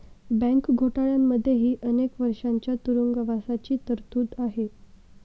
bank घोटाळ्यांमध्येही अनेक वर्षांच्या तुरुंगवासाची तरतूद आहे